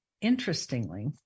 interestingly